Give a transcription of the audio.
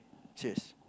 serious